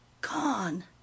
gone